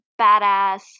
badass